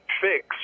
fix